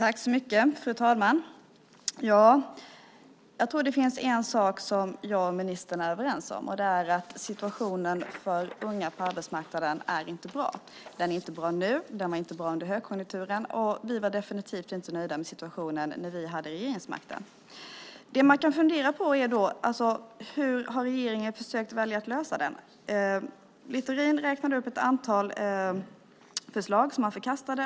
Fru talman! Jag tror att det finns en sak som jag och ministern är överens om, nämligen att situationen för unga på arbetsmarknaden inte är bra. Den är inte bra nu, den var inte bra under högkonjunkturen och vi var definitivt inte nöjda med situationen när vi hade regeringsmakten. Det man kan fundera över är hur regeringen har valt att lösa situationen. Littorin räknade upp ett antal förslag som han förkastade.